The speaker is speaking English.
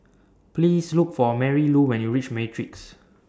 Please Look For Marylou when YOU REACH Matrix